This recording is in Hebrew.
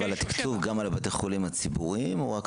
הוא אמר נצרת, אז אני רוצה לדעת.